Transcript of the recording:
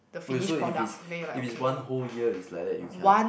wait so if it's if it's one whole year is like that you cannot